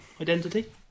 identity